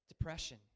Depression